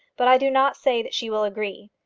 but i do not say that she will agree.